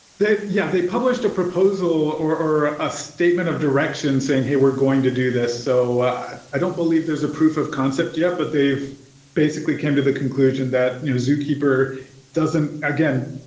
yeah, they published a proposal or a statement of directions saying, hey, we're going to do this. so i don't believe there's a proof of concept yet, but they've basically came to the conclusion that zookeeper doesn't again,